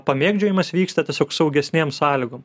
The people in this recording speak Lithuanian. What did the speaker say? pamėgdžiojimas vyksta tiesiog saugesnėm sąlygom